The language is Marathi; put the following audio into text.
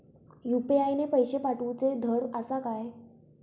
यू.पी.आय ने पैशे पाठवूचे धड आसा काय?